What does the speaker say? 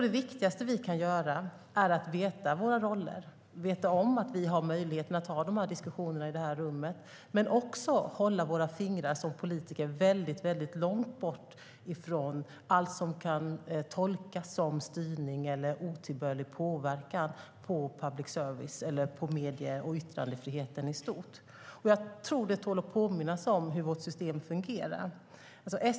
Det viktigaste vi kan göra tror jag är att veta våra roller, veta om att vi har möjligheten att ha dessa diskussioner i detta rum men också att vi ska hålla våra fingrar som politiker väldigt långt bort från allt som kan tolkas som styrning av eller otillbörlig påverkan på public service eller medie och yttrandefriheten i stort. Jag tror att det tål att påminnas om hur vårt system fungerar.